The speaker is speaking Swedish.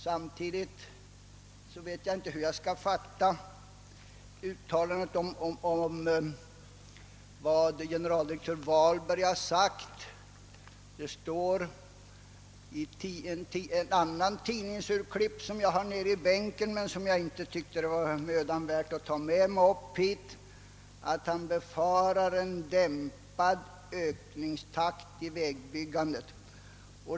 Jag vet inte hur jag skall uppfatta uttalandet om vad generaldirektör Vahlberg har sagt. Det står i ett annat tidningsurklipp, som jag har nere i bänken men som jag inte tyckte det var mödan värt att ta med mig hit upp, att han befarar en dämpad ökningstakt i vägbyggandet.